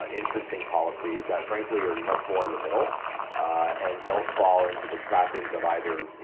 ah interesting policies that frankly are much more in the middle and don't fall into the trappings of either, you